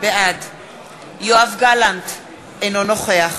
בעד יואב גלנט, אינו נוכח